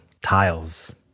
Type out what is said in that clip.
tiles